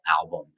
album